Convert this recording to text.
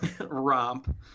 romp